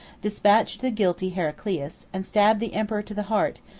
despatched the guilty heraclius, and stabbed the emperor to the heart,